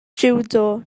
jiwdo